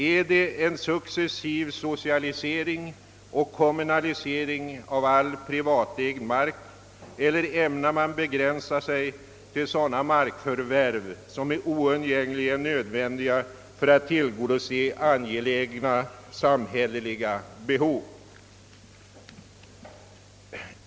är det en successiv socialisering och kommunalisering av all privatägd mark, eller ämnar man begränsa sig till sådana markförvärv som är oundgängligen nödvändiga för att tillgodose angelägna samhälleliga behov?